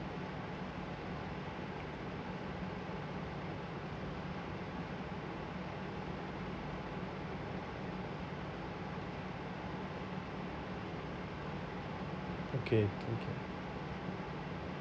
okay thank you